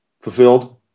fulfilled